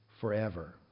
forever